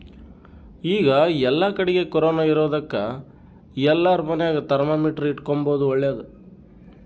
ಈಗ ಏಲ್ಲಕಡಿಗೆ ಕೊರೊನ ಇರೊದಕ ಎಲ್ಲಾರ ಮನೆಗ ಥರ್ಮಾಮೀಟರ್ ಇಟ್ಟುಕೊಂಬದು ಓಳ್ಳದು